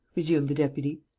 resumed the deputy.